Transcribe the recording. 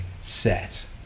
set